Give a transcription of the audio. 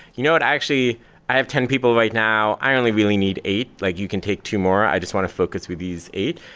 you know what? i have ten people right now, i only really need eight. like you can take two more. i just want to focus with these eight,